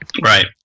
Right